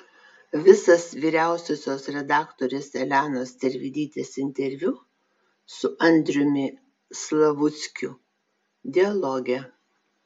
visas vyriausiosios redaktorės elenos tervidytės interviu su andriumi slavuckiu dialoge